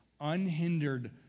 unhindered